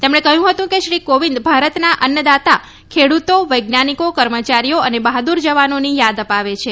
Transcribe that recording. તેમણે કહ્યું હતું કે શ્રી કોવિંદ ભારતના અન્નદાતા ખેડૂતો વૈજ્ઞાનિકો કર્મચારીઓ અને બહાદૂર જવાનોની યાદ અપાવે છે